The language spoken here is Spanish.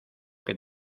que